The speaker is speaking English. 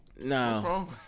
No